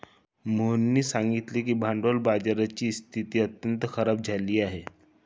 मोहननी सांगितले की भांडवल बाजाराची स्थिती अत्यंत खराब झाली आहे